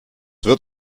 wird